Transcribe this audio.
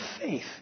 faith